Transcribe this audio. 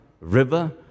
river